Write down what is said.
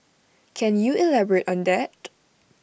can you elaborate on that